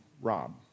rob